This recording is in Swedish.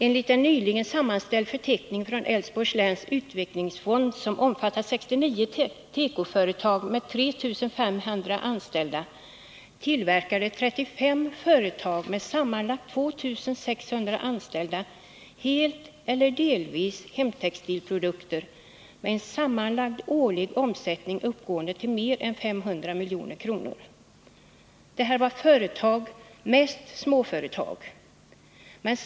Enligt en nyligen sammanställd förteckning från Älvsborgs läns utvecklingsfond, som omfattar 69 tekoföretag med 3 500 anställda, tillverkade 35 företag med sammanlagt 2 600 anställda helt eller delvis hemtextilprodukter med en sammanlagd årlig omsättning uppgående till mer än 500 milj.kr. Några av dessa företag är stora, men de flesta är små.